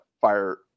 fire